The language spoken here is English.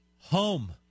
home